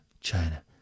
China